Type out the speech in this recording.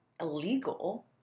illegal